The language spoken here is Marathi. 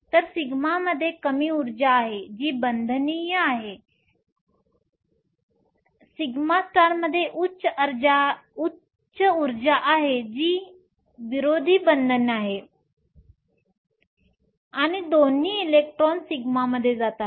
तर σ मध्ये कमी ऊर्जा आहे जी बंधनीय आहे σ मध्ये उच्च ऊर्जा आहे जी बंधन विरोधी आहे आणि दोन्ही इलेक्ट्रॉन σ मध्ये जातात